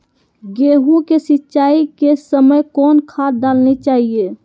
गेंहू के सिंचाई के समय कौन खाद डालनी चाइये?